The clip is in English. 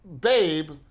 babe